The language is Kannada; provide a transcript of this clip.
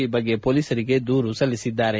ಈ ಬಗ್ಗೆ ಪೊಲೀಸರಿಗೆ ದೂರು ಸಲ್ಲಿಸಿದ್ದಾರೆ